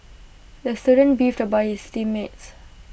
the student beefed about his team mates